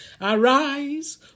Arise